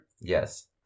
Yes